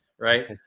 Right